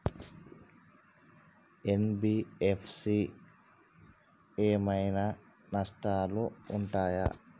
NBFC ఏమైనా నష్టాలు ఉంటయా?